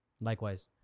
Likewise